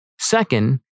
Second